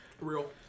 Real